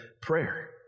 prayer